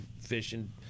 fishing